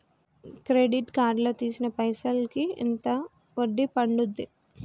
Credit card లా తీసిన పైసల్ కి ఎంత వడ్డీ పండుద్ధి?